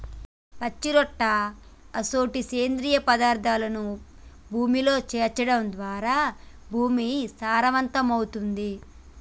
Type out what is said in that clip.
పచ్చిరొట్ట అసొంటి సేంద్రియ పదార్థాలను భూమిలో సేర్చడం ద్వారా భూమి సారవంతమవుతుంది